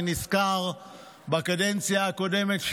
אני נזכר מה קרה פה בקדנציה הקודמת,